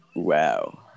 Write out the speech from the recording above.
Wow